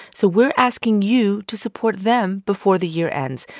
so we're asking you to support them before the year ends.